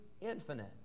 infinite